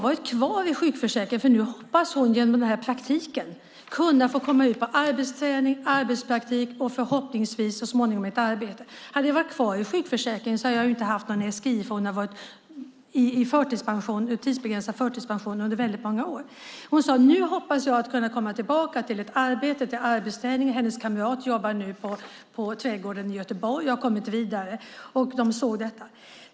Nu hoppas hon genom praktiken kunna komma ut på arbetsträning, arbetspraktik och så småningom ett arbete. Hon sade så här: Hade jag varit kvar i sjukförsäkringen hade jag inte haft någon SGI efter att ha varit i tidsbegränsad förtidspension under väldigt många år. Nu hoppas jag kunna komma tillbaka till ett arbete, till arbetsträning. Hennes kamrat jobbar nu på Trädgården i Göteborg och har kommit vidare.